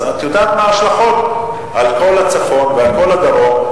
אז את יודעת מה ההשלכות על כל הצפון ועל כל הדרום.